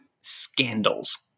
scandals